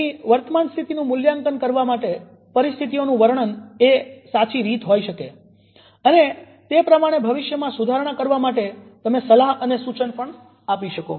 તેમની વર્તમાન સ્થિતિનું મૂલ્યાંકન કરવા માટે પરિસ્થિતિઓનું વર્ણન એક સાચી રીત હોય શકે અને તે પ્રમાણે ભવિષ્યમાં સુધારણા કરવા માટે તમે સલાહ અને સુચન પણ આપી શકો